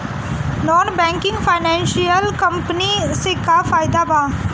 Non banking financial company से का फायदा बा?